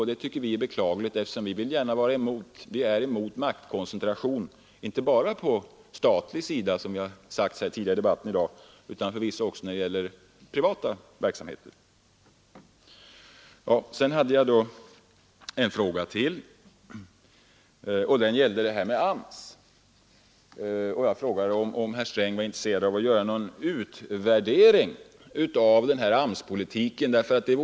Vi tycker att detta är beklagligt, eftersom vi är mot maktkoncentration inte bara på statlig sida såsom det sagts tidigare i debatten här i dag utan förvisso också när det gäller privata verksamheter. Jag hade även en annan fråga som gällde AMS. Jag frågade om herr Sträng var intresserad av att göra någon utvärdering av AMS-politiken.